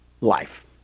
life